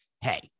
hey